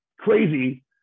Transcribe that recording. crazy